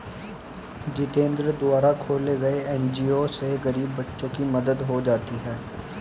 जितेंद्र द्वारा खोले गये एन.जी.ओ से गरीब बच्चों की मदद हो जाती है